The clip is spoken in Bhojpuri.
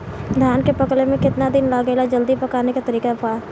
धान के पकने में केतना दिन लागेला जल्दी पकाने के तरीका बा?